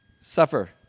suffer